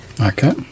okay